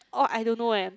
oh I don't know eh